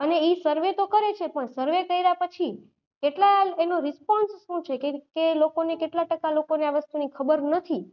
અને એ સર્વે તો કરે છે પણ સર્વે કર્યા પછી એટલા એનું રિસ્પોન્સ શું છે કે કે કેટલા ટકા લોકોને આ વસ્તુની ખબર નથી